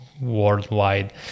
worldwide